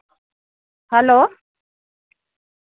hello